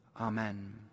amen